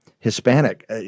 Hispanic